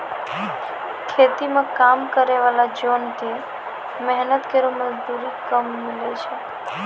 खेती म काम करै वाला जोन क मेहनत केरो मजदूरी कम मिलै छै